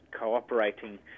cooperating